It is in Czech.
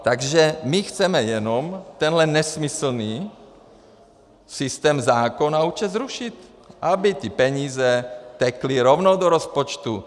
Takže my chceme jenom tenhle nesmyslný systém zákona zrušit, aby ty peníze tekly rovnou do rozpočtu.